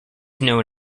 known